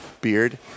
beard